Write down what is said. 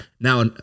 now